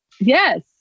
Yes